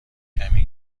کمی